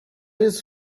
jest